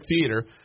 theater